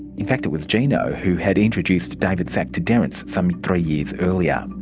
in fact it was gino who had introduced david szach to derrance some three years earlier.